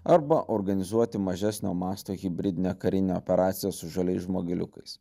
arba organizuoti mažesnio masto hibridinę karinę operaciją su žaliais žmogeliukais